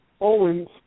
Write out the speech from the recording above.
Owens